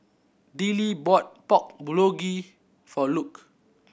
Dillie bought Pork Bulgogi for Luke